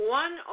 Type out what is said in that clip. one